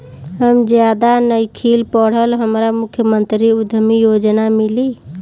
हम ज्यादा नइखिल पढ़ल हमरा मुख्यमंत्री उद्यमी योजना मिली?